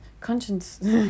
conscience